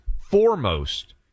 foremost